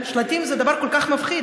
שלטים זה דבר כל כך מפחיד.